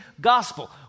gospel